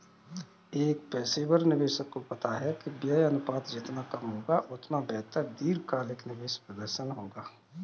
एक पेशेवर निवेशक को पता है कि व्यय अनुपात जितना कम होगा, उतना बेहतर दीर्घकालिक निवेश प्रदर्शन होगा